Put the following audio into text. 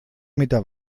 meter